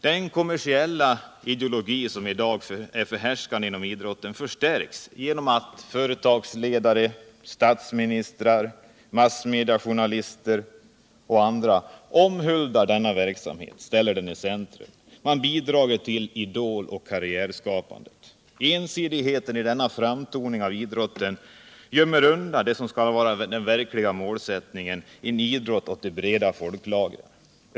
Den kommersiella ideologi som i dag är förhärskande inom idrotten förstärks genom att företagsledare, statsministrar och massmediajournalister omhuldar denna verksamhet och ställer den i centrum. De bidrar till idoloch karriärskapandet. Ensidigheten i denna framtoning av idrotten gömmer undan det som skall vara den verkliga målsättningen, idrott åt de breda folklagren.